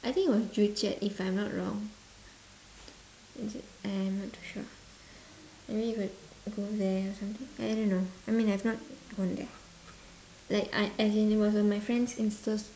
I think it was joo-chiat if I'm not wrong is it I'm not too sure maybe you could go there or something uh I don't know I mean I've not gone there like I as in it was on my friend's insta